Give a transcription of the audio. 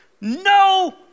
No